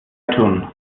leidtun